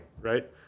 right